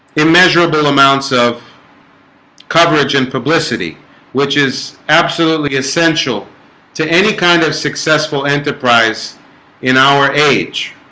immeasurable amounts of coverage and publicity which is absolutely essential to any kind of successful enterprise in our age?